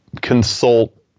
consult